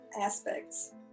aspects